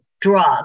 drug